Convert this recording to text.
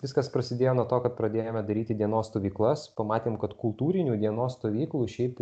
viskas prasidėjo nuo to kad pradėjome daryti dienos stovyklas pamatėm kad kultūrinių dienos stovyklų šiaip